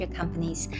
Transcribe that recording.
companies